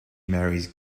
marries